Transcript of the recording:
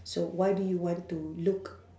so why do you want to look